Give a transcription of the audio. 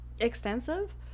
extensive